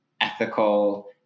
ethical